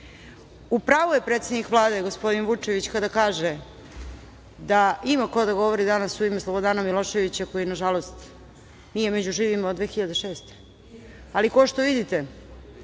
pravu je predsednik Vlade gospodin Vučević kada kaže da ima ko da govori danas u ime Slobodana Miloševića, koji, nažalost, nije među živima od 2006. godine, ali, kao što vidite,